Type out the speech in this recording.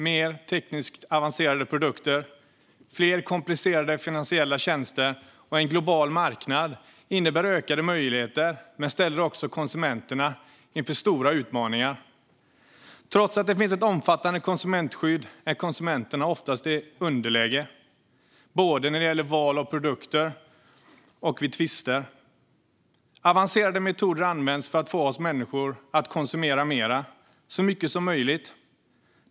Mer tekniskt avancerade produkter, fler komplicerade finansiella tjänster och en global marknad innebär ökade möjligheter men ställer också konsumenterna inför stora utmaningar. Trots att det finns ett omfattande konsumentskydd är konsumenterna oftast i underläge både vad gäller val av produkter och vid tvister. Avancerade metoder används för att få oss människor att konsumera mer och så mycket som möjligt.